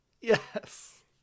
Yes